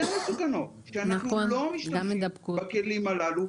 מסוכנות ואנחנו לא משתמשים בכלים האלה,